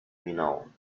renown